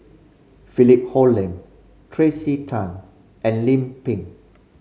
Philip Hoalim Tracey Tan and Lim Pin